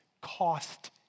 cost